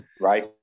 right